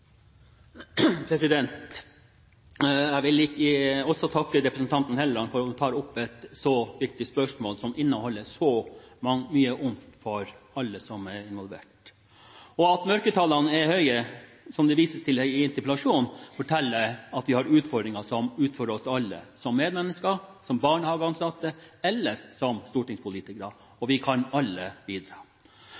gjelder. Jeg vil også takke representanten Hofstad Helleland for at hun tar opp et så viktig spørsmål som inneholder så mye vondt for alle som er involvert. At mørketallene er så høye som det vises til i interpellasjonen, forteller at vi alle har utfordringer – som medmennesker, som barnehageansatte eller som stortingspolitikere.